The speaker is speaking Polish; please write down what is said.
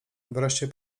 wreszcie